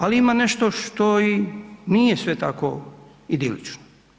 Ali ima nešto što i nije sve tako idilično.